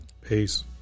Peace